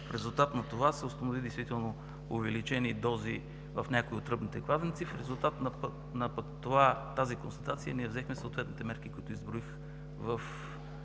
В резултат на това се установи действително увеличени дози в някои от тръбните кладенци. В резултат на тази констатация взехме съответните мерки, които изброих в